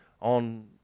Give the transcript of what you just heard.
on